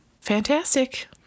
Fantastic